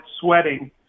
sweating